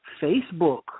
Facebook